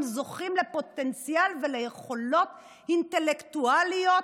זוכים לפוטנציאל וליכולות אינטלקטואליות,